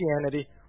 Christianity